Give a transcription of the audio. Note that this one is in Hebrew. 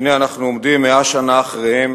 הנה אנחנו עומדים 100 שנים אחריהם